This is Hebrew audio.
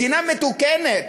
מדינה מתוקנת